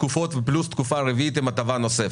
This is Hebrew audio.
תקופות פלוס תקופה רביעית עם הטבה נוספת.